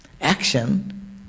action